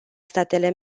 statele